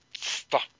stop